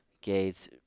gates